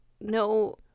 no